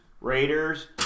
Raiders